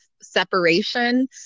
separation